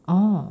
orh